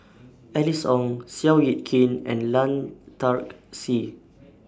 Alice Ong Seow Yit Kin and Lan Dark Sye